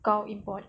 kau import